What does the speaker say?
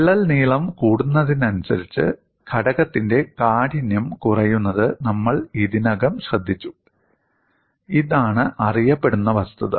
വിള്ളൽ നീളം കൂടുന്നതിനനുസരിച്ച് ഘടകത്തിന്റെ കാഠിന്യം കുറയുന്നത് നമ്മൾ ഇതിനകം ശ്രദ്ധിച്ചു ഇതാണ് അറിയപ്പെടുന്ന വസ്തുത